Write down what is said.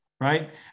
right